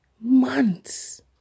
Months